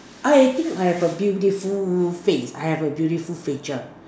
I think I have a beautiful face I have a beautiful face